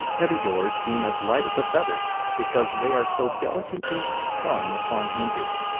heavy doors seem as light as a feather because they are so delicately hung upon hinges.